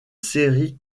série